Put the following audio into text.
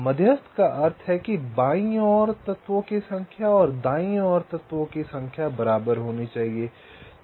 मध्यस्थ का अर्थ है कि बाईं ओर तत्वों की संख्या और दाईं ओर तत्वों की संख्या बराबर होनी चाहिए